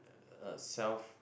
a self